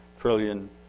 trillion